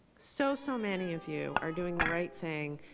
so, so many of you are doing the right thing,